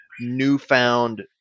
newfound